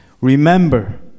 Remember